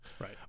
Right